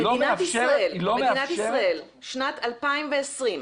מדינת ישראל, שנת 2020,